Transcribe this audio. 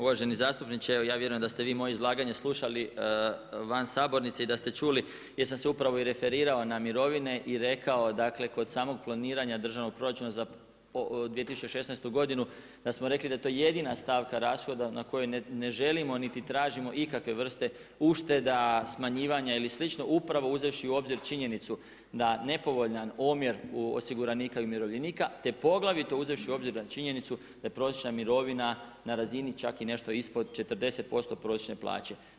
Uvaženi zastupniče, evo ja vjerujem da ste vi moje izlaganje slušali van sabornice i da ste čuli jer sam se upravo i referirao na mirovine i rekao dakle kod samog planiranja državnog proračuna za 2016. godinu da smo rekli da je to jedina stavka rashoda na kojoj ne želimo niti tražimo ikakve vrste ušteda, smanjivanja ili slično, upravo uzevši u obzir činjenicu da nepovoljan omjer osiguranika i umirovljenika te poglavito uzevši u obzir činjenicu da je prosječna mirovina na razini čak i nešto ispod 40% prosječne plaće.